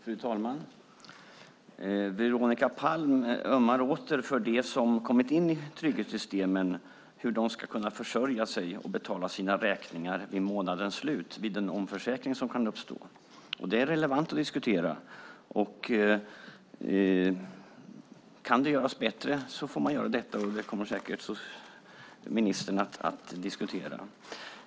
Fru talman! Veronica Palm ömmar åter för dem som kommit in i trygghetssystemen, hur de ska kunna försörja sig och betala sina räkningar vid månadens slut vid en omförsäkring som kan uppstå. Och det är relevant att diskutera. Kan detta göras bättre får man göra det, och det kommer säkert ministern att diskutera.